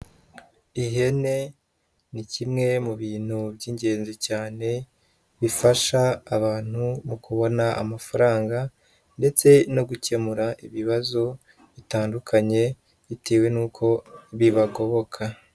Ihene ni kimwe mu bintu by'ingenzi cyane bifasha abantu mu kubona amafaranga ndetse no gukemura ibibazo bitandukanye bitewe n'uko bibagoboka.